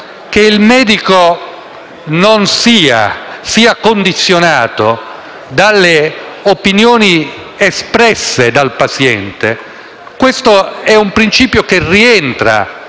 che il medico sia condizionato dalle opinioni espresse dal paziente, è un principio che rientra